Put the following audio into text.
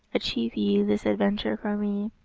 achieve ye this adventure for me.